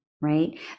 right